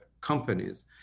companies